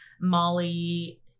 Molly